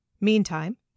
Meantime